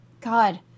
God